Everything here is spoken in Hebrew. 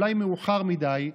אולי מאוחר מדי,